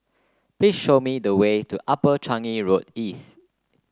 please show me the way to Upper Changi Road East